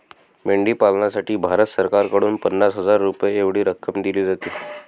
मेंढी पालनासाठी भारत सरकारकडून पन्नास हजार रुपये एवढी रक्कम दिली जाते